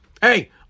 hey